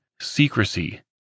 secrecy